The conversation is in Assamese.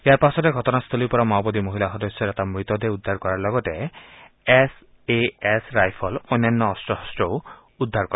ইয়াৰ পাছতে ঘটনাস্থলীৰ পৰা মাওবাদী মহিলা সদস্যৰ এটা মৃতদেহ উদ্ধাৰ কৰাৰ লগতে এছ এ এছ ৰাইফল অনান্য অস্ত্ৰ শাস্ত্ৰ উদ্ধাৰ কৰে